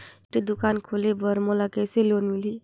छोटे दुकान खोले बर मोला कइसे लोन मिलही?